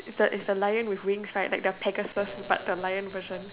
it's a it's a lion with wings like the Pegasus but the lion version